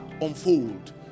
unfold